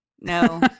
No